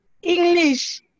English